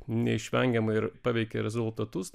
neišvengiamai ir paveikė rezultatus